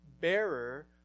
bearer